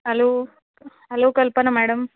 hello hello Kalpana madam